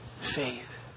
faith